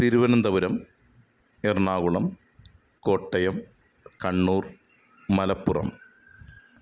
Thiruvananthapuram Ernakulam Kottayam Kannur Malappuram